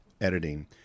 editing